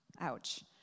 Ouch